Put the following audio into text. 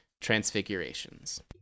Transfigurations